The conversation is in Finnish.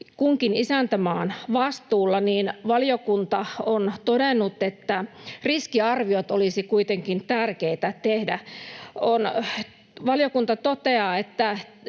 kunkin isäntämaan vastuulla, valiokunta on todennut, että riskiarviot olisi kuitenkin tärkeitä tehdä. Valiokunta toteaa, että